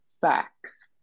facts